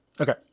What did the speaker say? Okay